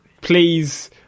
Please